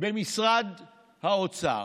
במשרד האוצר.